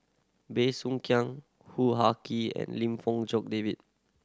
Bey Soo Khiang Hoo Ha Kay and Lim Fong Jock David